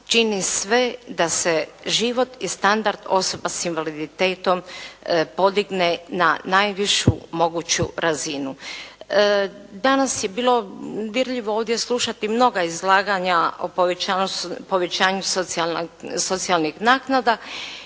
čini sve da se život i standard osoba sa invaliditetom podigne na najvišu moguću razinu. Danas je bilo dirljivo ovdje slušati mnoga izlaganja o povećanju socijalnih naknada.